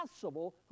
possible